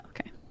okay